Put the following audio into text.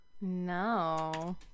no